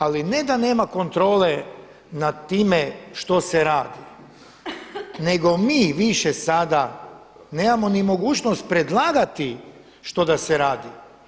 Ali ne da nema kontrole nad time što se radi, nego mi više sada nemamo ni mogućnost predlagati što da se radi.